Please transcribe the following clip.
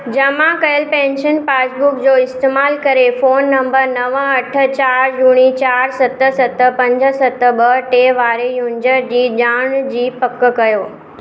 जमा कयलु pension passbook जो इस्तेमालु करे फोन नंबर नव अठ चारि ॿुड़ी चारि सत सत पंज सत ॿ टे वारे यूंजर जी ॼाण जी पकु कयो